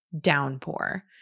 downpour